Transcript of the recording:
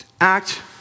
Act